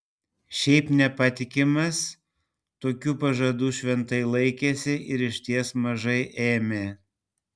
šiaip nepatikimas tokių pažadų šventai laikėsi ir išties mažai ėmė